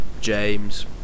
James